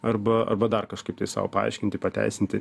arba arba dar kažkaip tai sau paaiškinti pateisinti